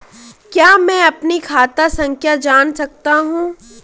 क्या मैं अपनी खाता संख्या जान सकता हूँ?